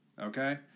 Okay